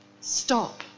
Stop